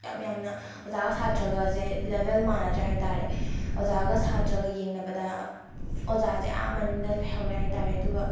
ꯌꯥꯝ ꯌꯥꯝꯅ ꯑꯣꯖꯥꯒ ꯁꯥꯇ꯭ꯔꯥꯒꯁꯦ ꯂꯦꯕꯦꯜ ꯃꯥꯟꯅꯗ꯭ꯔꯦ ꯍꯥꯏꯇꯔꯦ ꯑꯣꯖꯥꯒ ꯁꯥꯇ꯭ꯔꯒ ꯌꯦꯡꯅꯕꯗ ꯑꯣꯖꯥꯁꯦ ꯑꯥ ꯃꯅꯤꯡꯗ ꯂꯩꯍꯧꯔꯦ ꯍꯥꯏꯇꯔꯦ ꯑꯗꯨꯒ